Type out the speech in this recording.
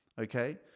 Okay